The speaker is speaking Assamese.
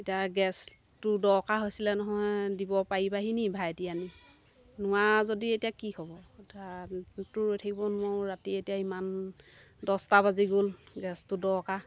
এতিয়া গেছটো দৰকাৰ হৈছিলে নহয় দিব পাৰিবাহি নেকি ভাইটি আনি নোৱাৰা যদি এতিয়া কি হ'ব কথাটো ৰৈ থাকিব নোৱাৰোঁ ৰাতি এতিয়া ইমান দহটা বাজি গ'ল গেছটো দৰকাৰ